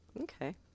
Okay